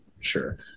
sure